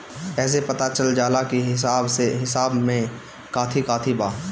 एसे पता चल जाला की हिसाब में काथी काथी बा